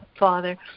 Father